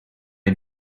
een